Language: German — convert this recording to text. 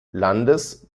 landes